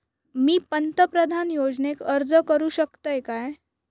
मी पंतप्रधान योजनेक अर्ज करू शकतय काय?